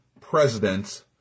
presidents